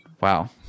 Wow